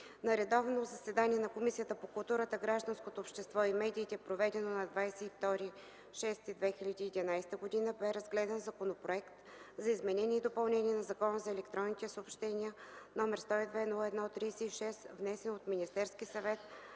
„На редовно заседание на Комисията по културата, гражданското общество и медиите, проведено на 22.06.2011 г., бе разгледан Законопроект за изменение и допълнение на Закона за електронните съобщения, № 102-01-36, внесен от Министерски съвет